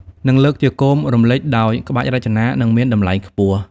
និងលើកជាគោមរំលេចដោយក្បាច់រចនា និងមានតម្លៃខ្ពស់។